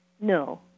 No